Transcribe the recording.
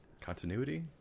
Continuity